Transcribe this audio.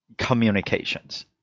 communications